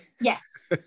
Yes